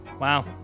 Wow